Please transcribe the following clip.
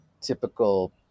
typical